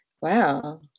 wow